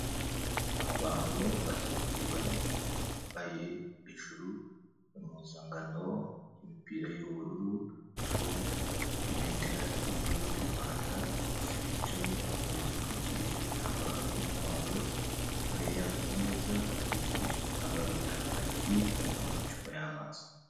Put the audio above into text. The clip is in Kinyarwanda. Abantu bagera kuri bane bambaye hejuru impuzangano, imipira y'ubururu iriho ibendera ry'igihugu cy'u Rwanda. Bose bicaye ku ntebe zitwikirije ibitambaro by'umuhondo, imbere yabo ku meza hatwikirije igitambaro cya kacyi. Hariho n'amacupa y'amazi.